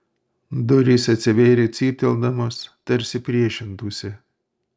durys atsivėrė cypteldamos tarsi priešintųsi